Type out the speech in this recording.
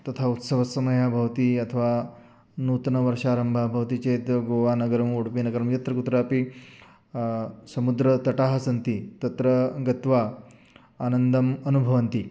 तथा उत्सवसमयः भवति अथवा नूतनवर्षारम्भः भवति चेत् गोवानगरम् उडुपिनगरं यत्र कुत्रापि समुद्रतटः सन्ति तत्र गत्वा आनन्दम् अनुभवन्ति